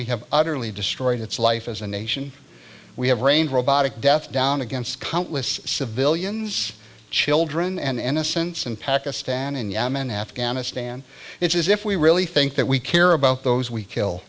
we have utterly destroyed its life as a nation we have rained robotic death down against countless civilians children and essence in pakistan in yemen afghanistan it's as if we really think that we care about those we kill